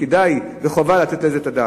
כדאי וחובה לתת על זה את הדעת.